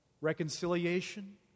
reconciliation